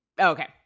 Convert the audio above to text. Okay